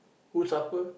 who suffer